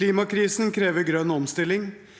Klimakrisen krever grønn omstilling,